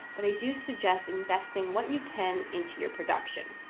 but i do suggest investing what you can into your production.